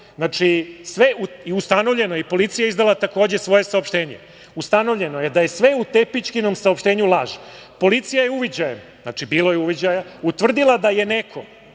na drugim. Ustanovljeno je, i policija je izdala takođe svoje saopštenje, da je sve u Tepićkinom saopštenju laž. Policija je uviđajem, znači bilo je uviđaja, utvrdila da je neko,